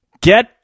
get